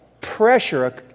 pressure